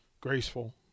graceful